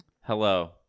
hello